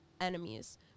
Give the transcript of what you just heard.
enemies